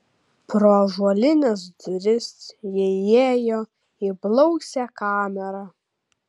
pro ąžuolines duris jie įėjo į blausią kamerą